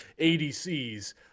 adcs